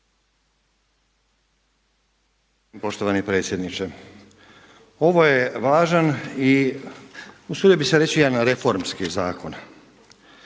Poštovani predsjedniče, ovo je važan i usudio bih se reći jedan reformski zakon.